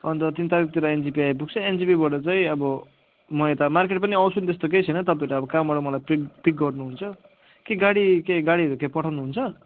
अन्त तिन तारिकतिर एनजेपी आइपुग्छु एनजेपीबाट चाहिँ अब म यता मार्केट पनि आउँछु नि त्यस्तो केही छैन तपाईँहरू अब कहाँबट मलाई पिक पिक गर्नुहुन्छ के गाडी केही गाडीहरू त्यहाँ पठाउनु हुन्छ